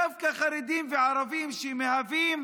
דווקא חרדים וערבים, שמהווים